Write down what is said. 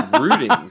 rooting